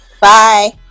Bye